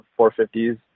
450s